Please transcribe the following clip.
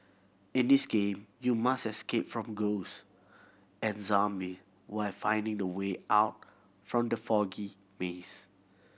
in this game you must escape from ghost and zombies while finding the way out from the foggy maze